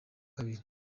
kabiri